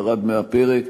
ירד מהפרק.